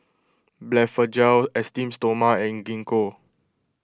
Blephagel Esteem Stoma and Gingko